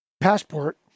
passport